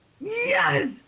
Yes